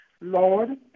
Lord